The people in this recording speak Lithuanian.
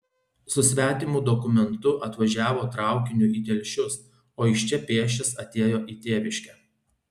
su svetimu dokumentu atvažiavo traukiniu į telšius o iš čia pėsčias atėjo į tėviškę